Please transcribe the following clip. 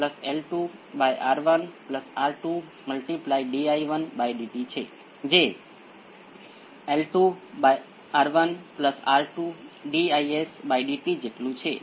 હવે અહીં પહેલા એક લાક્ષણિક સમીકરણ b 2 × p 1 0 હતું તેથી આ p 2 1 બાય b 1 છે